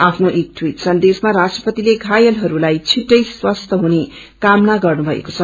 आफ्नो एक टवीट सन्देशमा राष्ट्रपतिले घायतहरूलाईछिट्टै स्वास्थ्य हुने कामना गर्नुभएको छ